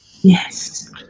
Yes